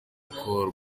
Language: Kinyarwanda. uko